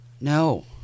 No